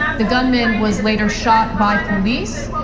the gunman was later shot by police.